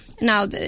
Now